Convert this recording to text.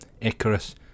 Icarus